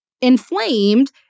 inflamed